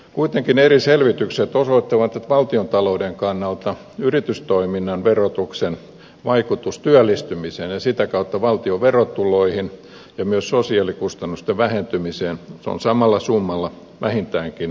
kuitenkin eri selvitykset osoittavat että valtiontalouden kannalta yritystoiminnan verotuksen vaikutus työllistymiseen ja sitä kautta valtion verotuloihin ja myös sosiaalikustannusten vähentymiseen on samalla summalla vähintäänkin kaksin kertainen